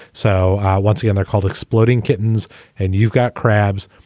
so once again, they're called exploding kittens and you've got crabs.